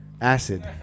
Acid